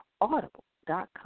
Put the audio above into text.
Audible.com